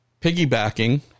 piggybacking